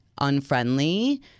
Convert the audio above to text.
unfriendly